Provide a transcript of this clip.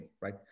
right